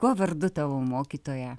kuo vardu tavo mokytoja